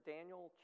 Daniel